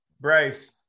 Bryce